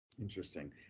Interesting